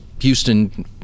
Houston